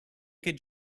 could